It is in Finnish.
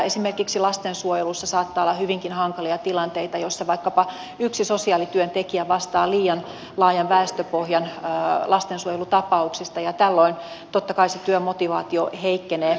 esimerkiksi lastensuojelussa saattaa olla hyvinkin hankalia tilanteita joissa vaikkapa yksi sosiaalityöntekijä vastaa liian laajan väestöpohjan lastensuojelutapauksista ja tällöin totta kai se työmotivaatio heikkenee